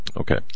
Okay